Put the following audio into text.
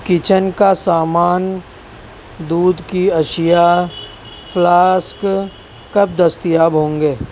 kitchen کا سامان دودھ کی اشیاء فلاسک کب دستیاب ہوں گے